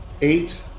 eight